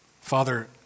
Father